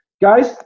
guys